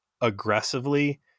aggressively